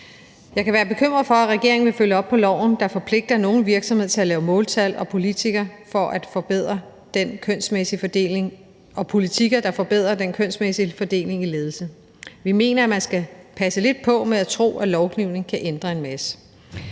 Jeg kan være bekymret for, at regeringen vil følge op på loven, der forpligter nogle virksomheder til at lave måltal og politikker, der forbedrer den kønsmæssige fordeling i ledelsen. Vi mener, at man skal passe lidt på med at tro, at lovgivning kan ændre en masse.